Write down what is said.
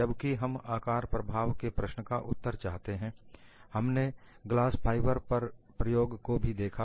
जबकि हम आकार प्रभाव के प्रश्न का उत्तर चाहते हैं हमने ग्लास फाइबर पर प्रयोग को भी देखा